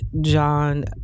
John